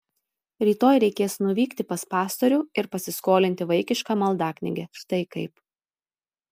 rytoj reikės nuvykti pas pastorių ir pasiskolinti vaikišką maldaknygę štai kaip